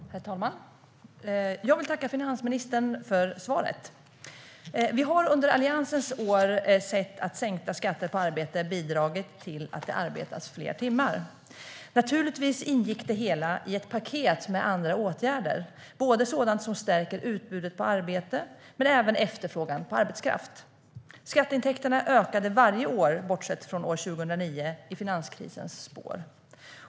Herr talman! Jag vill tacka finansministern för svaret. Vi har under Alliansens år sett att sänkta skatter på arbete bidragit till att det arbetats fler timmar. Naturligtvis ingick det hela i ett paket med andra åtgärder, sådant som stärker utbudet på arbete och även efterfrågan på arbetskraft. Skatteintäkterna ökade varje år bortsett från år 2009 i finanskrisens spår.